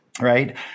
Right